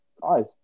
Guys